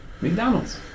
McDonald's